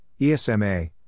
ESMA